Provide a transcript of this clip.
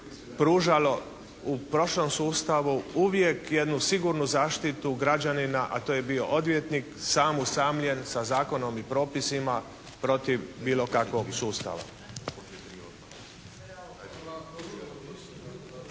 pružalo u prošlom sustavu uvijek jednu sigurnu zaštitu građanina a to je bio odvjetnik, sam, usamljen sa zakonom i propisima protiv bilo kakvog sustava.